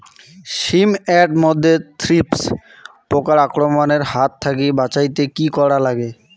শিম এট মধ্যে থ্রিপ্স পোকার আক্রমণের হাত থাকি বাঁচাইতে কি করা লাগে?